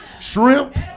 shrimp